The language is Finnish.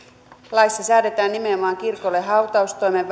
laissa säädetään nimenomaan kirkolle hautaustoimeen